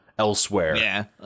elsewhere